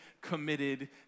committed